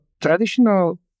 traditional